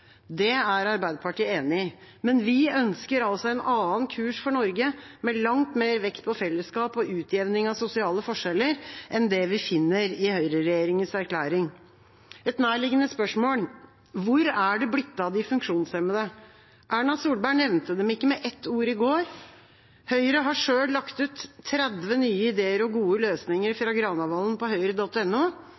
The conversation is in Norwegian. Det er Arbeiderpartiet enig i, men vi ønsker altså en annen kurs for Norge, med langt mer vekt på fellesskap og utjevning av sosiale forskjeller enn det vi finner i høyreregjeringas erklæring. Et nærliggende spørsmål er: Hvor er det blitt av de funksjonshemmede? Erna Solberg nevnte dem ikke med ett ord i går. Høyre har selv lagt ut 30 nye ideer og gode løsninger fra Granavolden på høyre.no. Et par eksempler på hva Høyre